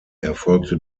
erfolgte